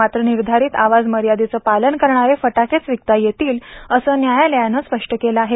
मात्र निर्धारित आवाज मर्यादेचं पालन करणारे फटाकेच विकता येतील असं न्यायालयानं स्पष्ट केलं आहे